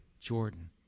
Jordan